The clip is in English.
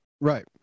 Right